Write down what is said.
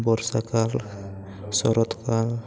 ᱵᱚᱨᱥᱟ ᱠᱟᱞ ᱥᱚᱨᱚᱛ ᱠᱟᱞ